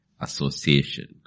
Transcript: association